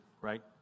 right